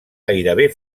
gairebé